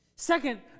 Second